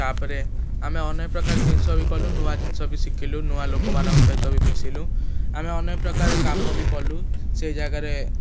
ତା'ପରେ ଆମେ ଅନେକ ପ୍ରକାର ଜିନିଷ ବି କଲୁ ନୂଆ ଜିନିଷ ବି ଶିଖିଲୁ ନୂଆ ଲୋକମାନଙ୍କ ସହିତ ବି ମିଶିଲୁ ଆମେ ଅନେକ ପ୍ରକାର କାମ ବି କଲୁ ସେଇ ଜାଗାରେ